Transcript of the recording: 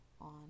on